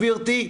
גברתי?